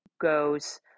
goes